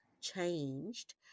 changed